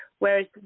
Whereas